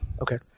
Okay